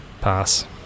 Pass